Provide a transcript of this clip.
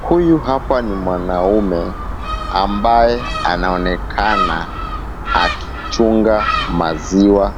Huyu hapa ni mwanaume ambaye anaonekana akichunga maziwa